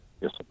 Yes